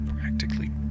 practically